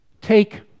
Take